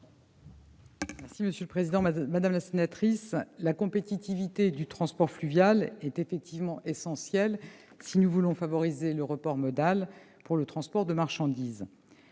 est à Mme la ministre. Madame la sénatrice, la compétitivité du transport fluvial est effectivement essentielle si nous voulons favoriser le report modal pour le transport de marchandises.